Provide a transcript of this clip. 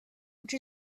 which